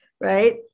right